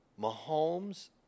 Mahomes